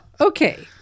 Okay